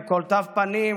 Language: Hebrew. כל תו פנים,